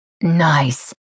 Nice